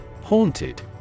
Haunted